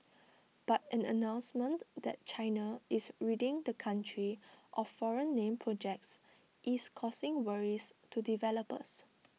but an announcement that China is ridding the country of foreign name projects is causing worries to developers